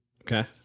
Okay